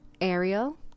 Ariel